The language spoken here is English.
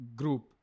group